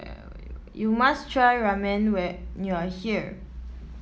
you must try Ramen when you are here